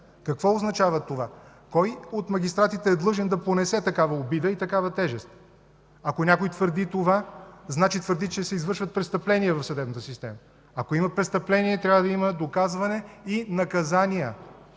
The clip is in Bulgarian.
Какво означава това?! Кой от магистратите е длъжен да понесе такава обида и такава тежест?! Ако някой твърди това, значи твърди, че се извършват престъпления в съдебната система. Ако има престъпления, трябва да има доказване и наказания.